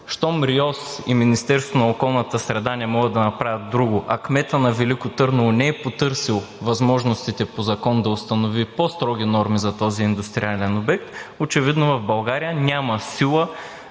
щом РИОСВ и Министерството на околната среда не могат да направят друго, а кметът на Велико Търново не е потърсил възможностите по закон да установи по-строги норми за този индустриален обект, очевидно в България няма сила,